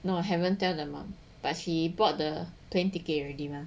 no I haven't tell them but he bought the plane ticket already mah